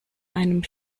einem